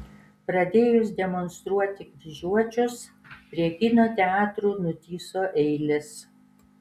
pradėjus demonstruoti kryžiuočius prie kino teatrų nutįso eilės